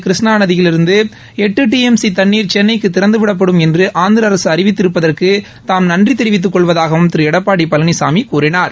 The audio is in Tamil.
கிருஷ்ணா நதியிலிருந்து எட்டு டி எம் சி தண்ணீர் சென்னைக்கு திறந்துவிடப்படும் என்று ஆந்திர அரசு அறிவித்திருப்பதற்கு தாம் நன்றி தெரிவித்துக் கொள்வதாகவும் திரு எடப்பாடி பழனிசாமி கூறினார்